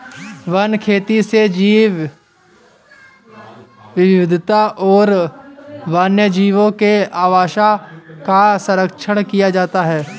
one खेती से जैव विविधता और वन्यजीवों के आवास का सरंक्षण किया जाता है